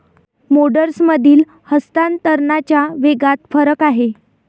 मोड्समधील हस्तांतरणाच्या वेगात फरक आहे